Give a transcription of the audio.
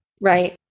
Right